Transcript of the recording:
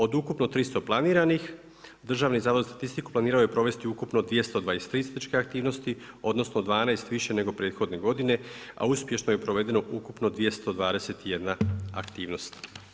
Od ukupno 300 planiranih Državni zavod za statistiku, planirao je provesti ukupno 223 statističke aktivnosti, odnosno 12 više nego prethodne godine, a uspješno je provedeno ukupno 221 aktivnost.